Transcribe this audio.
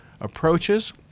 approaches